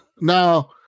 Now